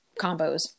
combos